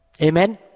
Amen